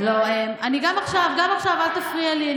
לא, אני, גם עכשיו, גם עכשיו, אל תפריע לי.